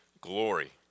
glory